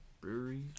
brewery